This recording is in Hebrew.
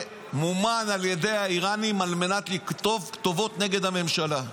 שמומן על ידי האיראנים על מנת לכתוב כתובות נגד הממשלה.